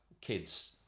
kids